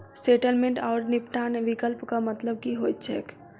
Settlement आओर निपटान विकल्पक मतलब की होइत छैक?